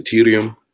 Ethereum